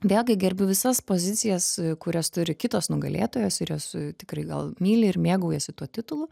vėlgi gerbiu visas pozicijas kurias turi kitos nugalėtojos ir jos tikrai gal myli ir mėgaujasi tuo titulu